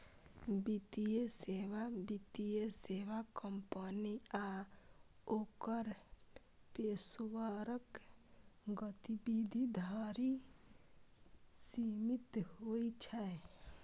वित्तीय सेवा वित्तीय सेवा कंपनी आ ओकर पेशेवरक गतिविधि धरि सीमित होइ छै